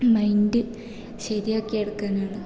mind ശരിയാക്കി എടുക്കാനാണ്